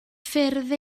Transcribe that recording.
ffyrdd